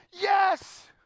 yes